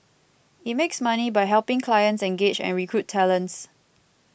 it makes money by helping clients engage and recruit talents